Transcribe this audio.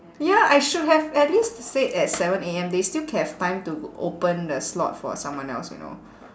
ya I should have at least said at seven A_M they still ca~ have time to open the slot for someone else you know